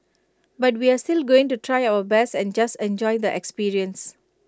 but we're still going to try our best and just enjoy the experience